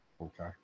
Okay